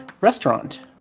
restaurant